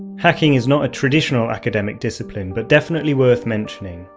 hacking is not a traditional academic discipline but definitely worth mentioning.